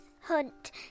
hunt